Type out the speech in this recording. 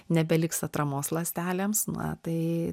nebeliks atramos ląstelėms na tai